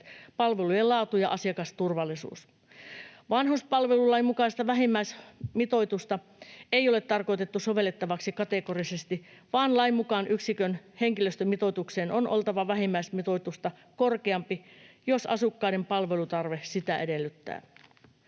palvelujen laatu ja asiakasturvallisuus. Vanhuspalvelulain mukaista vähimmäismitoitusta ei ole tarkoitettu sovellettavaksi kategorisesti, vaan lain mukaan yksikön henkilöstömitoituksen on oltava vähimmäismitoitusta korkeampi, jos asukkaiden palvelutarve sitä edellyttää.